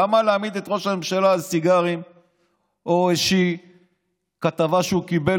למה להעמיד את ראש הממשלה לדין על סיגרים או איזושהי כתבה שהוא קיבל,